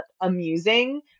amusing